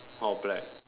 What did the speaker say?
all black